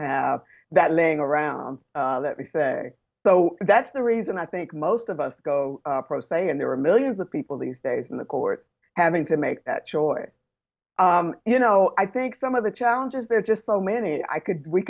have that laying around let me say so that's the reason i think most of us go pro se and there are millions of people these days in the court having to make that choice you know i think some of the challenges there's just so many i could we